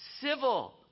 civil